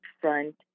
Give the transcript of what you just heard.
front